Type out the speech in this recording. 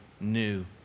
new